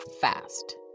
fast